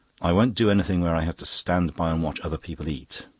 i won't do anything where i have to stand by and watch other people eat.